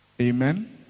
amen